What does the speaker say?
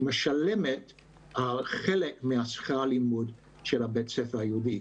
משלמת על חלק משכר הלימוד של בית הספר היהודי.